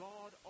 God